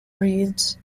reeds